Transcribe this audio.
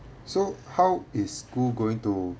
so how is school going to